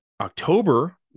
October